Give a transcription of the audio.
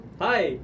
hi